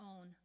own